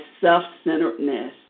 self-centeredness